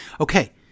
Okay